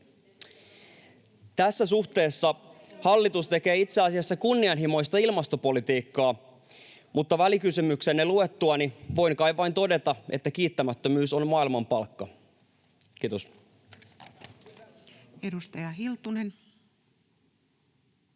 Tässä suhteessa hallitus tekee itse asiassa kunnianhimoista ilmastopolitiikkaa, mutta välikysymyksenne luettuani voin kai vain todeta, että kiittämättömyys on maailman palkka. — Kiitos. [Speech